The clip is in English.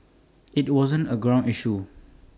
IT wasn't A ground issue